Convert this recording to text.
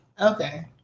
Okay